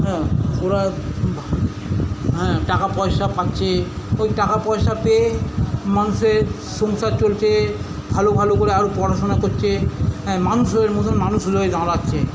হ্যাঁ ওরা ভা হ্যাঁ টাকাপয়সা পাচ্ছে ওই টাকাপয়সা পেয়ে মানুষের সংসার চলছে ভালো ভালো করে আরও পড়াশোনা করছে হ্যাঁ মানুষের মতন মানুষ রয়ে দাঁড়াচ্ছে